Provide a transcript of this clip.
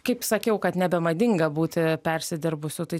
kaip sakiau kad nebemadinga būti persidirbusiu tai